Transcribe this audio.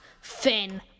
Finn